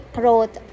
wrote